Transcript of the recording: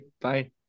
Bye